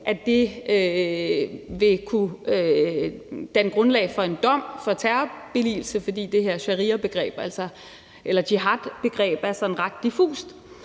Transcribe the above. at det vil kunne danne grundlag for en dom for billigelse af terror, fordi det her jihadbegreb er sådan ret diffust.